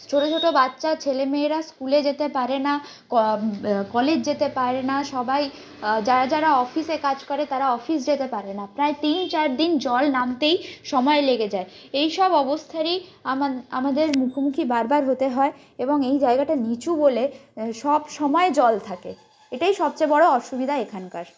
ছোটো ছোটো বাচ্চা ছেলে মেয়েরা স্কুলে যেতে পারে না ক কলেজ যেতে পারে না সবাই যারা যারা অফিসে কাজ করে তারা অফিস যেতে পারে না প্রায় তিন চার দিন জল নামতেই সময় লেগে যায় এইসব অবস্থারই আমাদের মুখোমুখি বারবার হতে হয় এবং এই জায়গাটা নিচু বলে সব সময় জল থাকে এটাই সবচেয়ে বড়ো অসুবিধা এখানকার